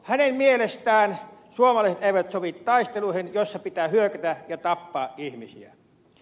hänen mielestään suomalaiset eivät sovi taisteluihin joissa pitää hyökätä ja tappaa ihmisiä